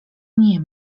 nie